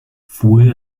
fue